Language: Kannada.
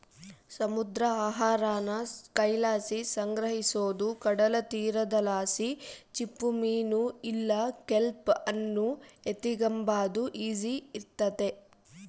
ಸಮುದ್ರ ಆಹಾರಾನ ಕೈಲಾಸಿ ಸಂಗ್ರಹಿಸೋದು ಕಡಲತೀರದಲಾಸಿ ಚಿಪ್ಪುಮೀನು ಇಲ್ಲ ಕೆಲ್ಪ್ ಅನ್ನು ಎತಿಗೆಂಬಾದು ಈಸಿ ಇರ್ತತೆ